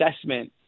assessment